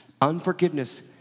Unforgiveness